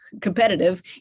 competitive